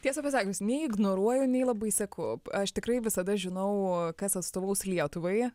tiesą pasakius nei ignoruoju nei labai seku aš tikrai visada žinau kas atstovaus lietuvai